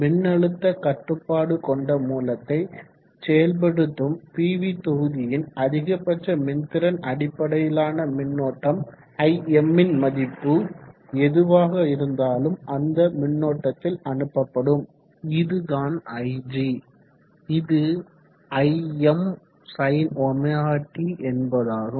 மின்னழுத்த கட்டுப்பாடுகொண்ட மூலத்தை செயல்படுத்தும் பிவி தொகுதியின் அதிகபட்ச மின்திறன் அடிப்படையிலான மின்னோட்டம் Im ன் மதிப்பு எதுவாக இருந்தாலும் அந்த மின்னோட்டத்தில் அனுப்பப்படும் இதுதான் ig இது Imsinωt என்பதாகும்